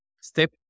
Step